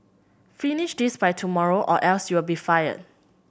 finish this by tomorrow or else you'll be fired